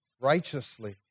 righteously